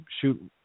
shoot